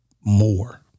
more